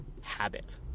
habit